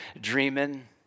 dreaming